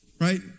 right